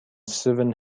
seven